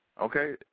Okay